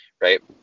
Right